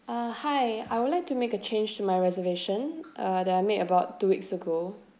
uh hi I would like to make a change to my reservation uh that I made about two weeks ago